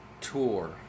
tour